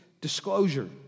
disclosure